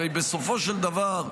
הרי בסופו של דבר,